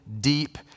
deep